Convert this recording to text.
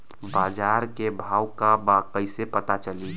बाजार के भाव का बा कईसे पता चली?